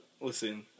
Listen